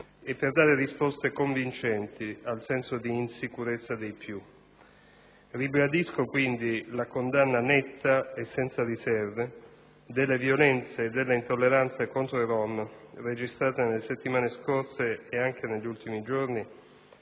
e per dare risposte convincenti al senso di insicurezza dei più. Ribadisco quindi la condanna netta e senza riserve delle violenze e delle intolleranze contro i rom registrate nelle settimane scorse - e anche negli ultimi giorni